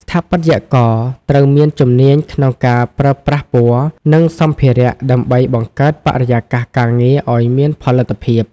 ស្ថាបត្យករត្រូវមានជំនាញក្នុងការប្រើប្រាស់ពណ៌ និងសម្ភារៈ ដើម្បីបង្កើតបរិយាកាសការងារឱ្យមានផលិតភាព។